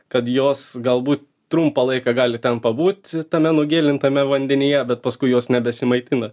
kad jos galbūt trumpą laiką gali ten pabūt tame nugelintame vandenyje bet paskui jos nebesimaitina